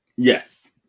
Yes